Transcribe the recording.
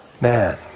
Man